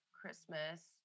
Christmas